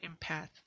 empath